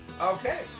Okay